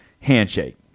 handshake